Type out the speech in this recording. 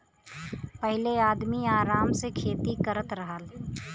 पहिले आदमी आराम से खेती करत रहल